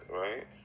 right